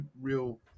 real